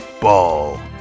Ball